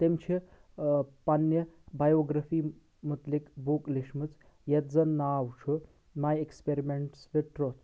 تٔمۍ چھِ پنٛنہِ بَیوگرٛٲفی مُتعلِق بُک لیٖچھمٕژ یَتھ زَن ناو چھُ مَے ایٚکسپیٚرِمیٚنٹٕز وِد ٹرُتھ